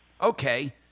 Okay